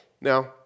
Now